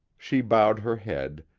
she bowed her head,